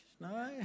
No